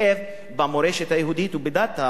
במורשת היהודית ובדת היהודית.